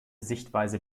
sichtweise